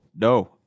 no